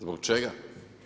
Zbog čega?